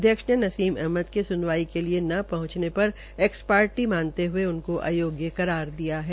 अध्यक्ष ने नसीम अहमद के सुनवाई के लिए न पहंचने पर एक्स पार्टी मानते हये उनको अयोग्य करार दिया है